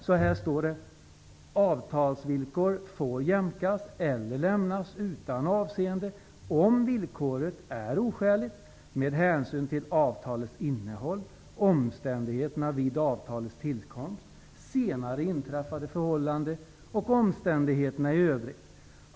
Så här står det: ''Avtalsvillkor får jämkas eller lämnas utan avseende, om villkoret är oskäligt med hänsyn till avtalets innehåll, omständigheterna vid avtalets tillkomst, senare inträffade förhållanden och omständigheterna i övrigt.